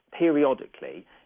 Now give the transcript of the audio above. periodically